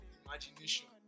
imagination